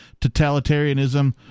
totalitarianism